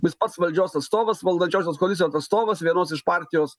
jis pats valdžios atstovas valdančiosios koalicijos atstovas vienos iš partijos